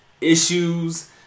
issues